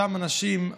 אותם אנשים,